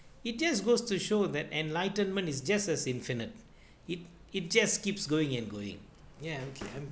it just goes to show that enlightenment is just as infinite it it just keeps going and going ya okay I'm